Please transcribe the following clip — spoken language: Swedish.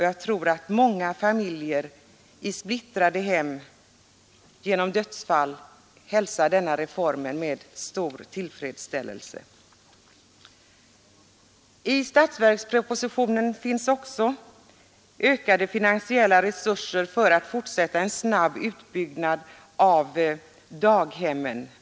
Jag tror att många i familjer som splittrats till följd av dödsfall hälsar denna reform med stor tillfredsställelse. I statsverkspropositionen föreslås också ökade finansiella resurser för att fortsätta en snabb utbyggnad av daghemmen.